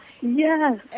Yes